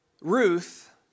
Ruth